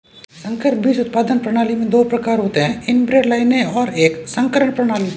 संकर बीज उत्पादन प्रणाली में दो प्रकार होते है इनब्रेड लाइनें और एक संकरण प्रणाली